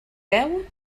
déu